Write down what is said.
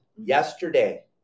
Yesterday